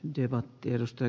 arvoisa puhemies